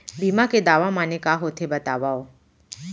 बीमा के दावा माने का होथे बतावव?